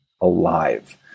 alive